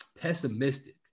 pessimistic